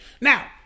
Now